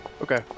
Okay